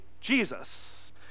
Jesus